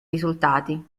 risultati